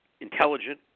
intelligent